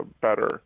better